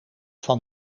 van